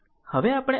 હવે આપણે અહીં જઈએ